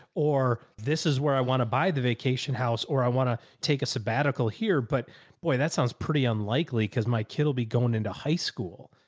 or this is where i want to buy the vacation house, or i want to take a sabbatical here, but boy, that sounds pretty unlikely. cause my kid will be going into high school.